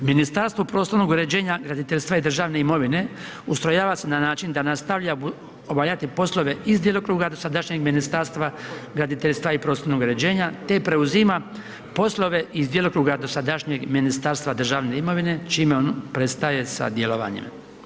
Ministarstvo prostornog uređenja, graditeljstva i državne imovine ustrojava se na način da nastavlja obavljati poslove iz djelokruga dosadašnjeg Ministarstva graditeljstva i prostornog uređenja te preuzima poslove iz djelokruga dosadašnjeg Ministarstva državne imovine čime ono prestaje sa djelovanjem.